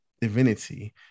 divinity